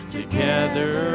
together